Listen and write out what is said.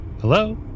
Hello